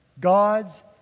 God's